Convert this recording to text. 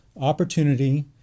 opportunity